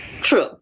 true